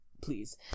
please